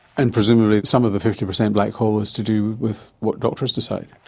and presumably some of the fifty per cent black hole is to do with what doctors decide.